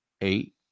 eight